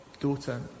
daughter